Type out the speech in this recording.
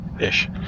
ish